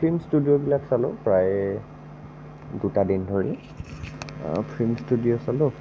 film ষ্টুডিঅ'বিলাক চালোঁ প্ৰায় দুটা দিন ধৰি ফিল্ম ষ্টুডিঅ' চালোঁ